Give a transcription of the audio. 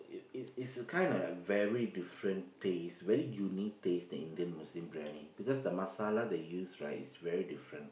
it it its kind of a very different taste very unique taste the Indian Muslim briyani because the masala they use right is very different